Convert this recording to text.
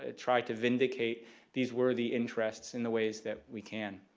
ah try to vindicate these worthy interests in the ways that we can.